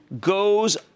goes